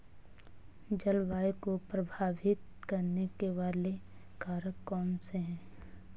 जलवायु को प्रभावित करने वाले कारक कौनसे हैं?